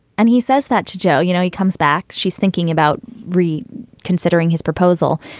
and he says that to joe. you know, he comes back. she's thinking about re considering his proposal,